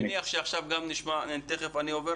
אני עובר